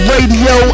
Radio